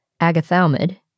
agathalmid